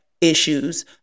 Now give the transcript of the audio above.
issues